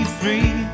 free